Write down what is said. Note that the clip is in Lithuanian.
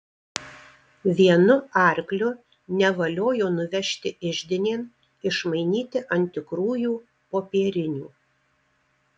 vienu arkliu nevaliojo nuvežti iždinėn išmainyti ant tikrųjų popierinių